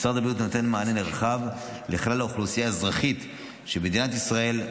משרד הבריאות נותן מענה נרחב לכלל האוכלוסייה האזרחית במדינת ישראל,